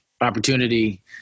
opportunity